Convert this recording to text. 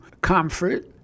comfort